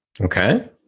Okay